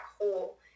hole